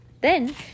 Then